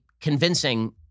convincing